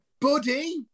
Buddy